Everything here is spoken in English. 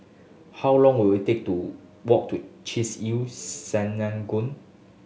how long will it take to walk to Chesed El Synagogue